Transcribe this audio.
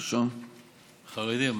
חרדים.